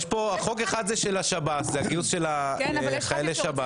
חוק אחד הוא של השב"ס, הגיוס של חיילי שב"ס.